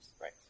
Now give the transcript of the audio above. Right